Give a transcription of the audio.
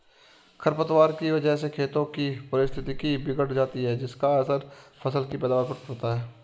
खरपतवार की वजह से खेतों की पारिस्थितिकी बिगड़ जाती है जिसका असर फसल की पैदावार पर पड़ता है